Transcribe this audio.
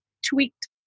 Tweaked